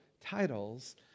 titles